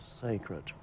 sacred